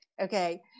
Okay